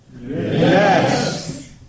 Yes